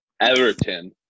Everton